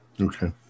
Okay